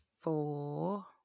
four